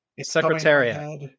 Secretariat